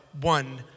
one